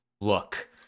look